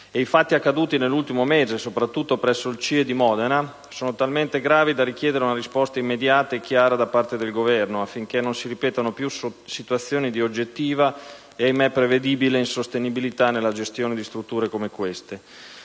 I fatti accaduti nell'ultimo mese, soprattutto presso il CIE di Modena, sono talmente gravi da richiedere una risposta immediata e chiara da parte del Governo affinché non si ripetano più situazioni di oggettiva e, ahimè, prevedibile insostenibilità nella gestione di strutture come queste.